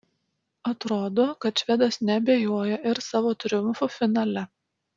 atrodo kad švedas neabejoja ir savo triumfu finale